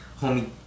homie